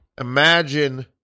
Imagine